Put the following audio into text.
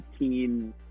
18